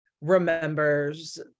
remembers